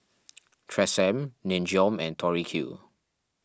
Tresemme Nin Jiom and Tori Q